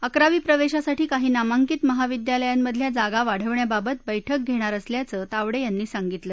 अकरावी प्रवेशासाठी काही नामांकित महाविद्यालयांमधल्या जागा वाढवण्याबाबात बैठक घेणार असल्याचं तावडे यांनी सांगितलं